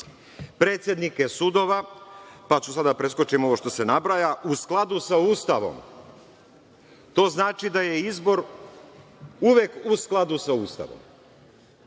predsednike sudova, pa ću sada da preskočim ovo što se nabraja, u skladu sa Ustavom. To znači da je izbor uvek u skladu sa Ustavom.